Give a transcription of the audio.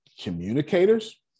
communicators